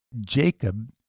Jacob